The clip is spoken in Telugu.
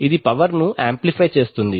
ఇది పవర్ ను ఆంప్లిఫై చేస్తుంది